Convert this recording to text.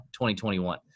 2021